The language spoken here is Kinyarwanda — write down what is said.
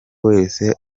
wese